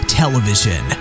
television